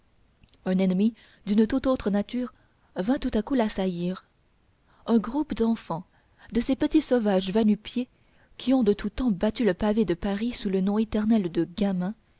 un ennui d'une toute autre nature vint tout à coup l'assaillir un groupe d'enfants de ces petits sauvages va-nu-pieds qui ont de tout temps battu le pavé de paris sous le nom éternel de gamins